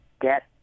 Get